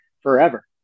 forever